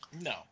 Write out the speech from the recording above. no